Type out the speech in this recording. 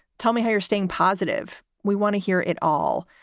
tell me how you're staying positive. we want to hear it all.